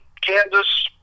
Kansas